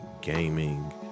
gaming